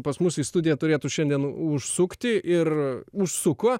pas mus į studiją turėtų šiandien užsukti ir užsuko